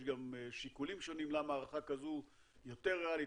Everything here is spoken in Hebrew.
יש גם שיקולים שונים למה הערכה כזו יותר ריאלית,